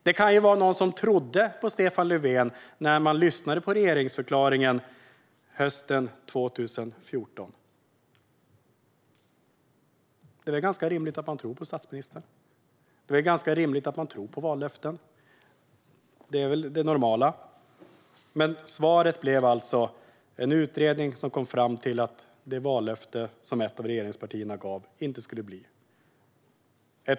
Det kan ha varit någon som trodde på vad Stefan Löfven sa i regeringsförklaringen hösten 2014. Det är ju ganska rimligt att man tror på statsministern. Det är ganska rimligt att man tror på vallöften. Det är väl det normala. Men svaret blev alltså en utredning, som kom fram till att det vallöfte som ett av regeringspartierna gav inte skulle bli verklighet.